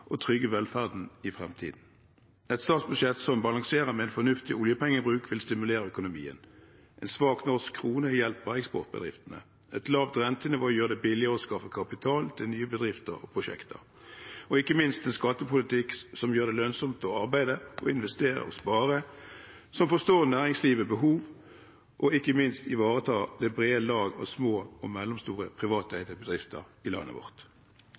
og trygge velferden i fremtiden. Et statsbudsjett som balanserer med en fornuftig oljepengebruk, vil stimulere økonomien, en svak norsk krone hjelper eksportbedriftene, et lavt rentenivå gjør det billigere å skaffe kapital til nye bedrifter og prosjekter, og ikke minst en skattepolitikk som gjør det lønnsomt å arbeide, investere og spare, som forstår næringslivets behov, og som ivaretar det brede lag av små og mellomstore privateide bedrifter i landet vårt.